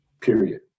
period